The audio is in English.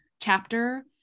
chapter